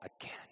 again